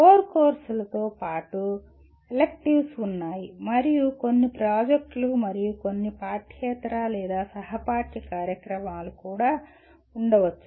core కోర్సులతో పాటు electives ఉన్నాయి మరియు కొన్ని ప్రాజెక్టులు మరియు కొన్ని పాఠ్యేతర లేదా సహ పాఠ్య కార్యకలాపాలు కూడా ఉండవచ్చు